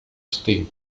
ste